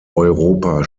europa